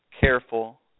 careful